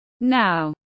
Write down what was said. Now